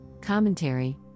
Commentary